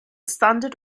standard